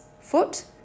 foot